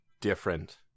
different